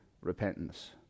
repentance